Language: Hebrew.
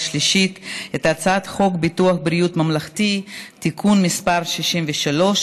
השלישית את הצעת חוק ביטוח בריאות ממלכתי (תיקון מס׳ 63),